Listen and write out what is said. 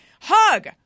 hug